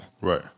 Right